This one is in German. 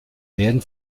werden